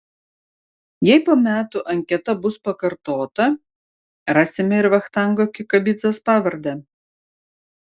jei po metų anketa bus pakartota rasime ir vachtango kikabidzės pavardę